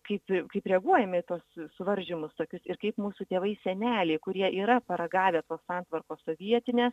kaip kaip reaguojame į tuos suvaržymus tokius ir kaip mūsų tėvai seneliai kurie yra paragavę tos santvarkos sovietinė